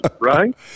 right